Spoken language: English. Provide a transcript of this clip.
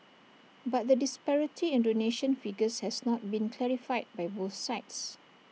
but the disparity in donation figures has not been clarified by both sides